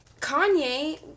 Kanye